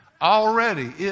already